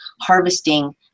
harvesting